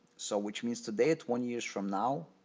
so which means today twenty years from now,